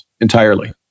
entirely